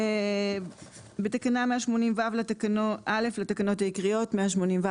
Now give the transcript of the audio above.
בתקנה 180ו (א) לתקנות העיקריות 180ו